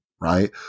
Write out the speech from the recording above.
right